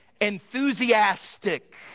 enthusiastic